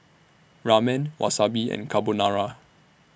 Ramen Wasabi and Carbonara